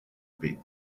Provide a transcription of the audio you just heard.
pit